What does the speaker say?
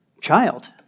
child